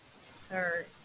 sir